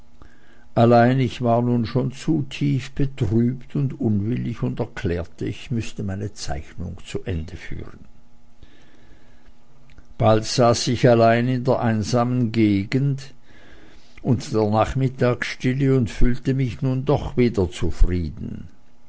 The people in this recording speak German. allein ich war nun schon zu tief betrübt und unwillig und erklärte ich müßte meine zeichnung zu ende führen bald saß ich allein in der einsamen gegend und der nachmittagsstille und fühlte mich nun doch wieder zufrieden